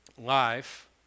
life